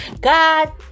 God